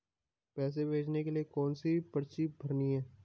पैसे भेजने के लिए कौनसी पर्ची भरनी है?